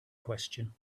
question